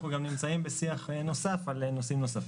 אנחנו גם נמצאים בשיח נוסף על נושאים נוספים.